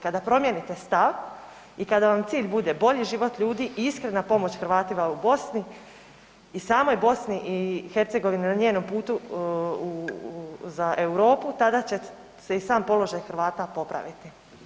Kada promijenite stav i kada vam cilj bude bolji život ljudi i iskrena pomoć Hrvatima u Bosni i samoj Bosni i Hercegovini na njenom putu za Europu tada će se i sam položaj Hrvata popraviti.